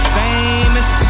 famous